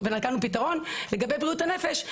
לגבי בריאות הנפש,